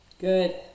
good